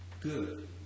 good